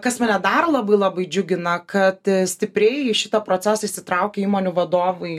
kas mane dar labai labai džiugina kad stipriai į šitą procesą įsitraukia įmonių vadovai